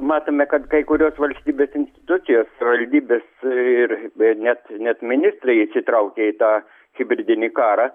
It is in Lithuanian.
matome kad kai kurios valstybinės institucijos savivaldybės ir net net ministrai įsitraukė į tą hibridinį karą